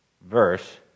verse